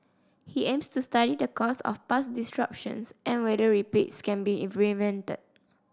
he aims to study the cause of past disruptions and whether repeats can be in prevented